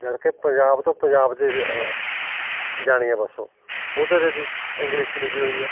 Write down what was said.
ਜਦਕਿ ਪੰਜਾਬ ਤੋਂ ਪੰਜਾਬ 'ਚ ਜਾਣੀ ਆ ਬਸ ਉਹ ਉਹਦੇ 'ਤੇ ਵੀ ਇੰਗਲਿਸ਼ 'ਚ ਲਿਖੀ ਹੋਈ ਆ